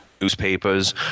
newspapers